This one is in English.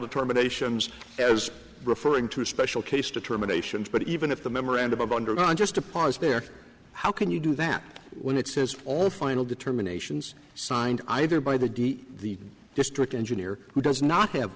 determinations as referring to a special case determinations but even if the memorandum of undergone just a pause there how can you do that when it says all final determinations signed either by the d the district engineer who does not have